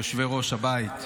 יושבי-ראש הבית,